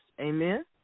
Amen